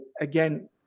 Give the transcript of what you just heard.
again